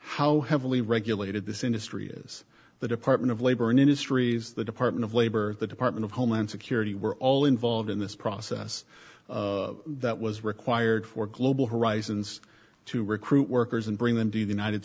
how heavily regulated this industry is the department of labor and industries the department of labor the department of homeland security were all involved in this process that was required for global horizons to recruit workers and bring them to the united